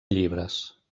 llibres